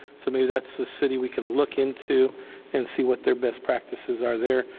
so maybe that's a city we can look into and see what their best practices are there.